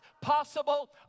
possible